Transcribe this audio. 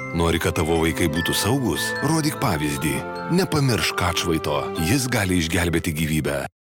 nori kad tavo vaikai būtų saugūs rodyk pavyzdį nepamiršk atšvaito jis gali išgelbėti gyvybę